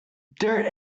dirt